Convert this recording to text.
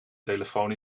telefoon